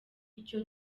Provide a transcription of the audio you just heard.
icyo